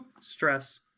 stress